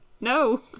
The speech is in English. No